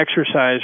Exercise